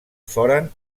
foren